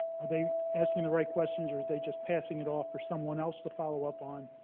are they asking the right questions or are they just passing it off for someone else to follow up on?